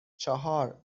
چهار